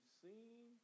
seen